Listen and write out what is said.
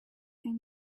and